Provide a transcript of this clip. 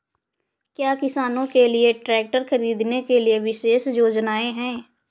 क्या किसानों के लिए ट्रैक्टर खरीदने के लिए विशेष योजनाएं हैं?